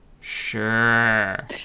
sure